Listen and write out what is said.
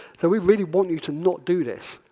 so we'd really want you to not do this.